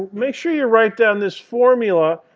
make sure you write down this formula.